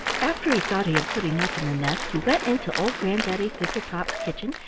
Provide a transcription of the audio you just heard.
after he thought he had put enough in the nest, he went into old granddaddy thistletop's kitchen,